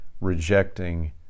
rejecting